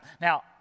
Now